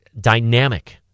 dynamic